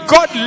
God